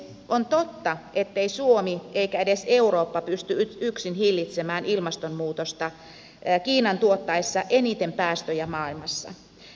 on totta ettei suomi eikä edes eurooppa pysty yksin hillitsemään ilmastonmuutosta kiinan tuottaessa eniten päästöjä maailmassa